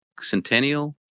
Centennial